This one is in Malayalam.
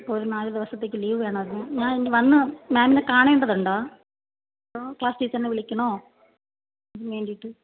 ഒരു നാല് ദിവസത്തേക്ക് ലീവ് വേണമായിരുന്നു ഞാൻ ഇനി വന്ന് മാമിനെ കാണേണ്ടതുണ്ടോ അതോ ക്ലാസ് ടീച്ചറ്നെ വിളിക്കണോ ഇതിന് വേണ്ടീട്ട്